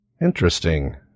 Interesting